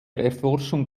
erforschung